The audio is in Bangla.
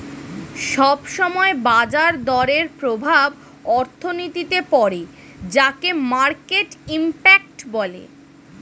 সব সময় বাজার দরের প্রভাব অর্থনীতিতে পড়ে যাকে মার্কেট ইমপ্যাক্ট বলে